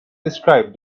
described